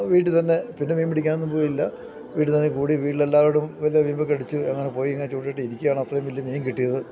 വീട്ടില്ത്തന്നെ പിന്നെ മീൻ പിടിക്കാനൊന്നും പോയില്ല വീട്ടില്ത്തന്നെ കൂടി വീട്ടിലെല്ലാരോടും വലിയ വീമ്പൊക്കെ അടിച്ച് അങ്ങനെ പോയി ഇങ്ങനെ ചൂണ്ടയിട്ട് ഇരിക്കുകയാണ് അത്രയും വലിയ മീൻ കിട്ടിയത്